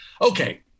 Okay